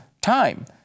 time